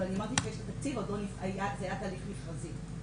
אמרתי שיש את התקציב, זה היה תהליך מכרזי.